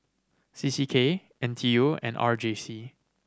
C C K N T U and R J C